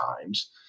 times